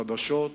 חדשות,